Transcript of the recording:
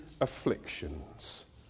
afflictions